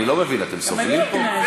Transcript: אני לא מבין, אתם סובלים פה?